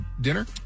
dinner